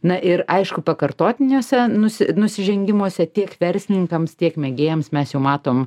na ir aišku pakartotiniuose nusi nusižengimuose tiek verslininkams tiek mėgėjams mes jau matom